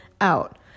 out